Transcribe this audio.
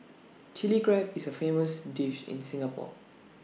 Chilli Crab is A famous dish in Singapore